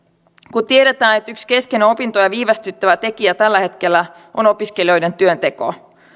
kun tiedetään että yksi keskeinen opintoja viivästyttävä tekijä tällä hetkellä on opiskelijoiden työnteko